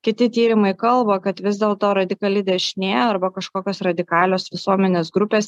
kiti tyrimai kalba kad vis dėlto radikali dešinė arba kažkokios radikalios visuomenės grupės